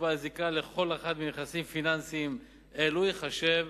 בעל זיקה לכל אחד מנכסים פיננסיים אלו ייחשב